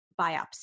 biopsy